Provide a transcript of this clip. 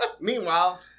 Meanwhile